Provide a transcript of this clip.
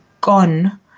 gone